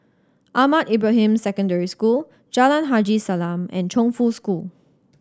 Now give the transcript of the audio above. Ahmad Ibrahim Secondary School Jalan Haji Salam and Chongfu School